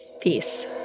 Peace